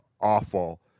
awful